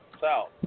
south